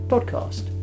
podcast